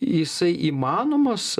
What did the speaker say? jisai įmanomas